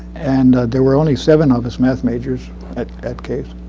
and there were only seven of us math majors at at case.